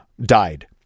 died